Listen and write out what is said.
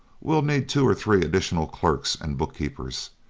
we'll need two or three additional clerks and book-keepers,